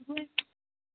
हो